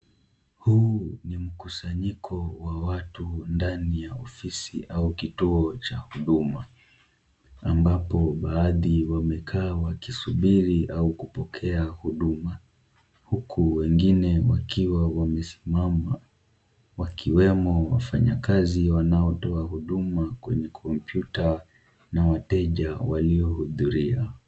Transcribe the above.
Huu ni mkusanyiko wa watu ndani ya ofisi au kituo cha huduma, ambapo baadhi wamekaa wakisubiri au kupokea huduma, huku wengine wakiwa wamesimama wakiwemo wafanyikazi wanaotoa huduma kwenye kompyuta na wateja waliohudhuria